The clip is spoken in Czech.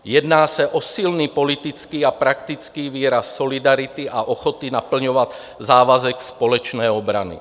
Jedná se o silný politický a praktický výraz solidarity a ochoty naplňovat závazek společné obrany.